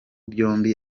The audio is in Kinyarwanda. byombi